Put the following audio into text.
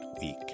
week